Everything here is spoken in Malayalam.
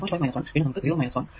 5 1 പിന്നെ നമുക്ക് 0 1 2